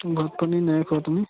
ভাত পানী নাই খোৱা তুমি